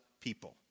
people